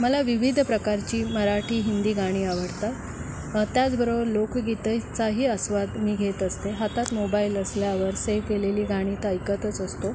मला विविध प्रकारची मराठी हिंदी गाणी आवडतात त्याचबरोबर लोकगीतचाही आस्वाद मी घेत असते हातात मोबाईल असल्यावर सेव्ह केलेली गाणी तर ऐकतच असतो